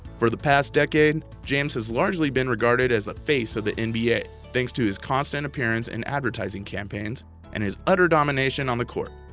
for the past decade, james has largely been regarded as the face of the nba thanks to his constant appearance in advertising campaigns and his utter domination on the court.